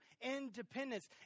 independence